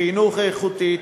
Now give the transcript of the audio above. חינוך איכותי,